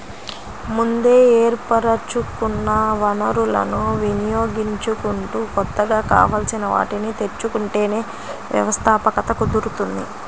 ముందే ఏర్పరచుకున్న వనరులను వినియోగించుకుంటూ కొత్తగా కావాల్సిన వాటిని తెచ్చుకుంటేనే వ్యవస్థాపకత కుదురుతుంది